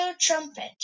trumpet